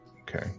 Okay